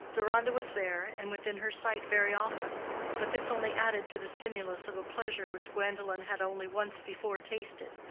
deronda was there, and within her sight very often but this only added to the stimulus of a pleasure which gwendolen had only once before tasted,